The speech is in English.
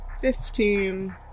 Fifteen